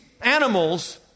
animals